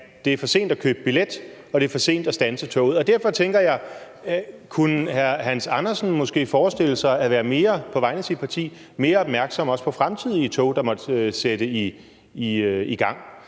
er det for sent at købe billet, og det er for sent at standse toget. Derfor tænker jeg: Kunne hr. Hans Andersen måske – på vegne af sit parti – forestille sig at være mere opmærksom også på fremtidige tog, der måtte sætte i gang?